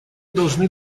должны